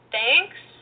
Thanks